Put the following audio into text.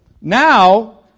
Now